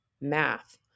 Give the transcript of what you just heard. math